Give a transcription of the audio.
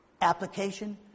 Application